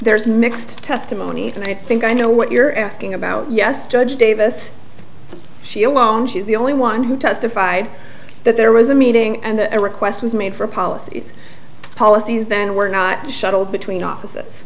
there's mixed testimony and i think i know what you're asking about yes judge davis she alone she's the only one who testified that there was a meeting and a request was made for policies policies then were not shuttled between offices